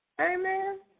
Amen